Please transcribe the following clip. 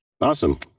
awesome